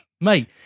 Mate